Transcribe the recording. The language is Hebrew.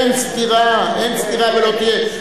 אין סתירה, אין סתירה ולא תהיה.